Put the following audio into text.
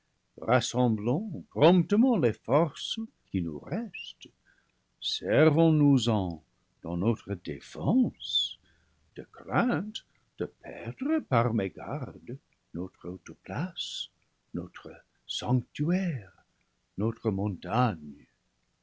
prom ptement les forces qui nous restent servons nous en dans notre défense de crainte de perdre par mégarde notre haute place notre sanctuaire notre montagne